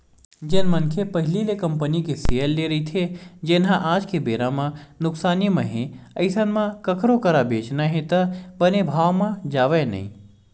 जेन मनखे पहिली ले कंपनी के सेयर लेए रहिथे जेनहा आज के बेरा म नुकसानी म हे अइसन म कखरो करा बेंचना हे त बने भाव म जावय नइ